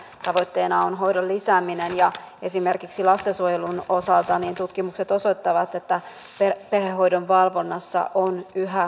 tavoitteena on hoidon lisääminen ja esimerkiksi lastensuojelun osalta tutkimukset osoittavat että perhehoidon valvonnassa on yhä puutteita